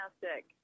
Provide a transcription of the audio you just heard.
fantastic